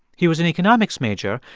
he was an economics major,